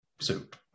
soup